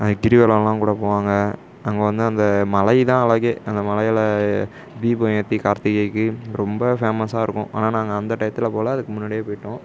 கிரிவலம்லாம் கூட போவாங்க அங்கே வந்து அந்த மலை தான் அழகு அந்த மலையில் தீபம் ஏற்றி கார்த்திகைக்கு ரொம்ப ஃபேமஸா இருக்கும் ஆனால் நாங்கள் அந்த டையத்தில் போகல அதுக்கு முன்னாடி போய்ட்டோம்